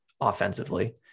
offensively